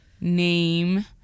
name